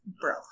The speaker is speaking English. Bro